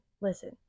listen